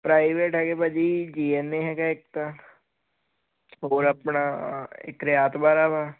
private ਹੈਗੇ ਭਾਅ ਜੀ ਜੀ ਐੱਨ ਏ ਹੈਗਾ ਇੱਕ ਤਾਂ ਹੋਰ ਆਪਣਾ ਇੱਕ ਰਿਆਤ ਬਾਹਰਾ ਵਾ